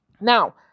Now